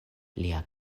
lia